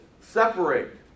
separate